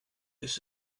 ist